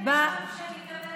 לקבל זכויות בסיסיות.